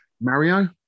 Mario